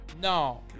no